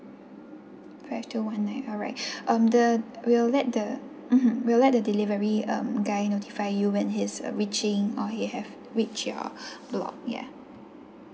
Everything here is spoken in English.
twelve two one nine alright um the we'll let mmhmm we'll let the delivery um guy notify you when he's uh reaching or he have reach your block ya